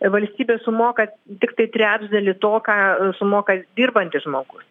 valstybė sumoka tiktai trečdalį to ką sumoka dirbantis žmogus